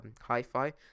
hi-fi